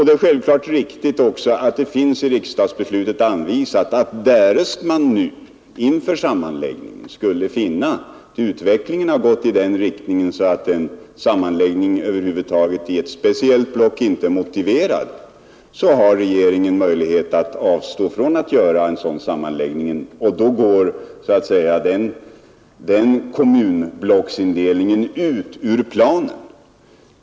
Det är givetvis också riktigt att det i riksdagsbeslutet finns anvisat att därest man nu inför sammanläggningen skulle finna att utvecklingen har gått i sådan riktning att en sammanläggning över huvud taget i ett speciellt block inte är motiverad, så har regeringen möjlighet att avstå från att göra en sådan sammanläggning. Då går så att säga den kommunblocksindelningen ut ur planen.